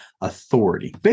Authority